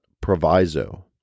proviso